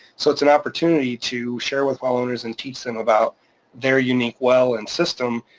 so it's an opportunity to share with well owners and teach them about their unique well and system.